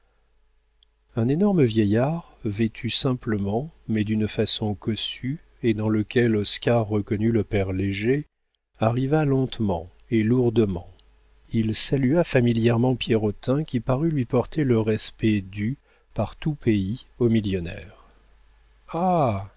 un énorme vieillard vêtu simplement mais d'une façon cossue et dans lequel oscar reconnut le père léger arriva lentement et lourdement il salua familièrement pierrotin qui parut lui porter le respect dû par tous pays aux millionnaires